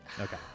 Okay